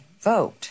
vote